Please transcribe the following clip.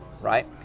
right